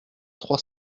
trois